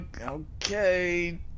okay